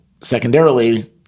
secondarily